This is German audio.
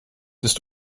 ist